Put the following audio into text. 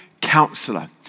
Counselor